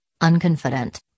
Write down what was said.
unconfident